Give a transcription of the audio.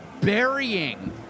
burying